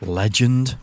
legend